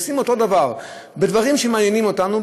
עושים אותו דבר בדברים שמעניינים אותנו,